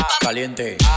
Caliente